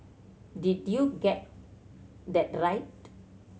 did you get that right